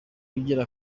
ugira